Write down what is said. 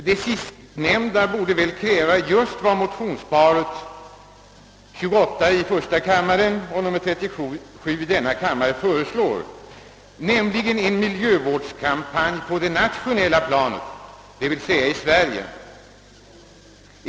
Det sistnämnda borde väl kräva just vad motionsparet 1:28 och II: 37 föreslår, nämligen en miljövårdskampanj, »på det nationella planet», d.v.s. i Sverige.